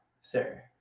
sir